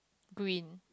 green